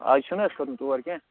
اَز چھِنہٕ حظ کھسُن تور کیٚنٛہہ